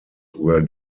were